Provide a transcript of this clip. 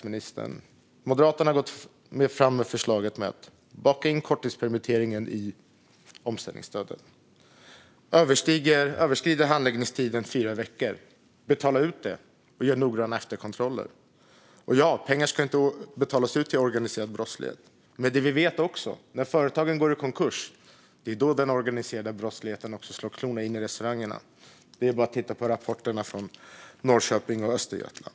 Moderaterna har alltså gått fram med förslaget att baka in korttidspermitteringen i omställningsstödet. Överskrider handläggningstiden fyra veckor - betala ut stödet och gör noggranna efterkontroller! Nej, pengar ska inte betalas ut till organiserad brottslighet. Men vi vet också att det är när företagen går i konkurs som den organiserade brottsligheten slår klorna i restaurangerna. Det är bara att titta på rapporterna från Norrköping och Östergötland.